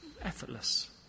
effortless